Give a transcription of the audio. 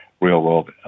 real-world